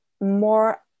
more